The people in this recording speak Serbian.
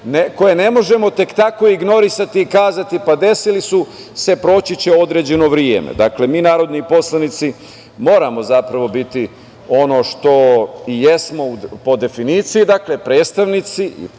koje ne možemo tek tako ignorisati i kazati, pa desilo se, proći će određeno vreme. Dakle, mi narodni poslanici moramo biti ono što i jesmo po definiciji, dakle, predstavnici